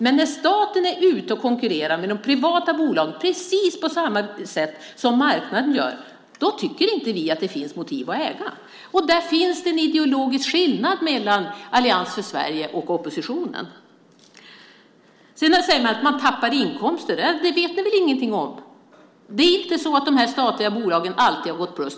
Men när staten är ute och konkurrerar med de privata bolagen, precis på samma sätt som marknaden gör, tycker inte vi att det finns motiv för att äga. Där finns det en ideologisk skillnad mellan Allians för Sverige och oppositionen. Det sägs att man tappar inkomster. Det vet ni väl ingenting om. Det är inte så att de här statliga bolagen alltid har gått plus.